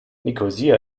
nikosia